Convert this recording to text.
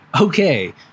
Okay